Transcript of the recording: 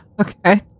Okay